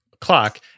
clock